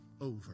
over